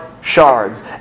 shards